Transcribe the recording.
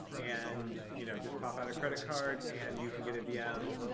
and you know just pop out a credit card, and you can get a vm.